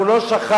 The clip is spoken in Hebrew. אנחנו לא שכחנו